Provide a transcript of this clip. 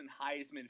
Heisman